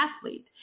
athlete